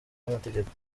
y’amategeko